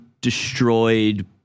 destroyed